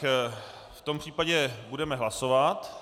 V tom případě budeme hlasovat.